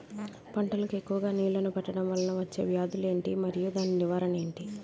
పంటలకు ఎక్కువుగా నీళ్లను పెట్టడం వలన వచ్చే వ్యాధులు ఏంటి? మరియు దాని నివారణ ఏంటి?